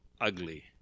ugly